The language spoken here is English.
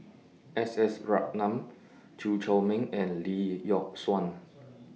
S S Ratnam Chew Chor Meng and Lee Yock Suan